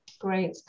Great